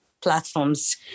platforms